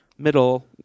Middle